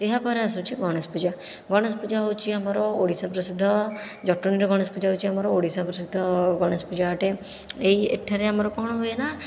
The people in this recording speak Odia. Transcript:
ଏହା ପରେ ଆସୁଛି ଗଣେଶ ପୂଜା ଗଣେଶ ପୂଜା ହେଉଛି ଆମର ଓଡ଼ିଶା ପ୍ରସିଦ୍ଧ ଜଟଣୀର ଗଣେଶ ପୂଜା ହେଉଛି ଆମର ଓଡ଼ିଶା ପ୍ରସିଦ୍ଧ ଗଣେଶ ପୂଜା ଅଟେ ଏହି ଏଠାରେ ଆମର କଣ ହୁଏ ନା